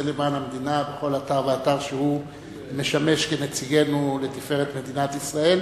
למען המדינה בכל אתר ואתר שהוא משמש כנציגנו לתפארת מדינת ישראל,